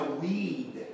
weed